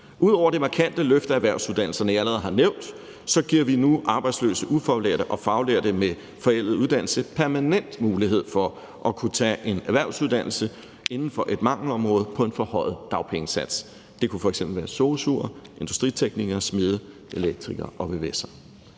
Ud over det markante løft af erhvervsuddannelserne, jeg allerede har nævnt, så giver vi nu arbejdsløse ufaglærte og faglærte med en forældet uddannelse permanent mulighed for at kunne tage en erhvervsuddannelse inden for et mangelområde på en forhøjet dagpengesats. Det kunne f.eks. være sosu'er, industriteknikere, smede, elektrikere og vvs'ere.